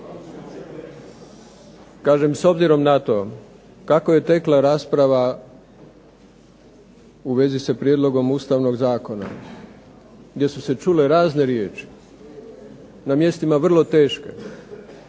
Kažem s obzirom na to kako je tekla rasprava u vezi sa Prijedlogom Ustavnog zakona gdje su se čule razne riječi, na mjestima vrlo teške,